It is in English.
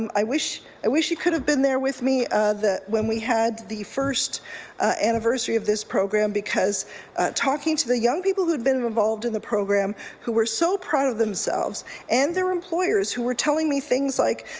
i wish and wish you could have been there with me when we had the first anniversary of this program because talking to the young people who had been involved in the program who were so proud of themselves and their employers who were telling me things like,